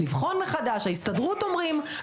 אפשר לבחון מחדש, ההסתדרות אומרים "..